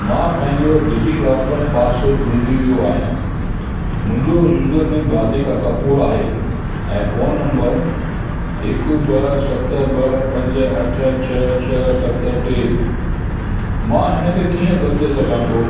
मां पहिंजो DigiLocker password भुलजी वियो आहिंयां मुंहिंजो यूजर नेम राधिका कपूर आहे ऐं फ़ोन नंबर हिकु ॿ सत ॿ पंज अठ छह छह सत टे मां हिनखे कीअं बदले सघां थो